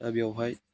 दा बेयावहाय